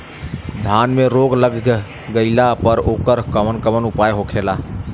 धान में रोग लग गईला पर उकर कवन कवन उपाय होखेला?